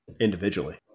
individually